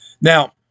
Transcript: Now